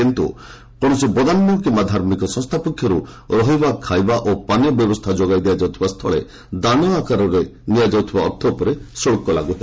କିନ୍ତୁ କୌଣସି ବଦାନ୍ୟ କିୟା ଧାର୍ମିକ ସଂସ୍ଥା ପକ୍ଷରୁ ରହିବା ଖାଇବା ଓ ପାନୀୟ ବ୍ୟବସ୍ଥା ଯୋଗାଇ ଦିଆଯାଉଥିବା ସ୍ଥଳେ ଦାନା ଆକାରରେ ନିଆଯାଉଥିବା ଅର୍ଥ ଉପରେ ଶୁଳ୍କ ଲାଗୁ ହେବ